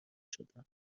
شدم